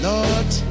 Lord